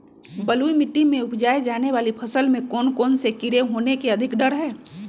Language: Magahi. बलुई मिट्टी में उपजाय जाने वाली फसल में कौन कौन से कीड़े होने के अधिक डर हैं?